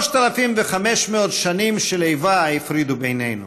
3,500 שנים של איבה הפרידו בינינו.